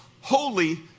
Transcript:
holy